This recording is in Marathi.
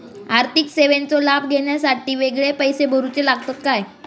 आर्थिक सेवेंचो लाभ घेवच्यासाठी वेगळे पैसे भरुचे लागतत काय?